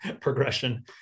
progression